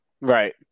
Right